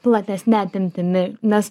platesne apimtimi nes